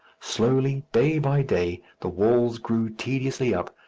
slowly, day by day, the walls grew tediously up,